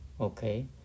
Okay